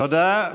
תודה.